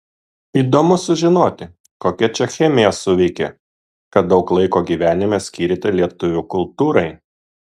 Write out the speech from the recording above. įdomu sužinoti kokia čia chemija suveikė kad daug laiko gyvenime skyrėte lietuvių kultūrai